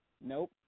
Nope